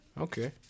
okay